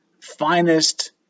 finest